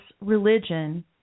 religion –